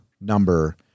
number